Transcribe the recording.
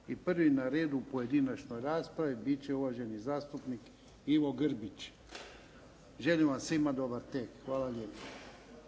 i prvi na redu u pojedinačnoj raspravi bit će uvaženi zastupnik Ivo Grbić. Želim vam svima dobar tek. Hvala lijepa.